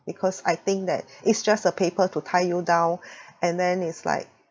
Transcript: because I think that it's just a paper to tie you down and then it's like